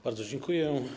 Bardzo dziękuję.